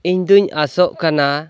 ᱤᱧᱫᱩᱧ ᱟᱥᱚᱜ ᱠᱟᱱᱟ